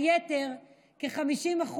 היתר, כ-50%,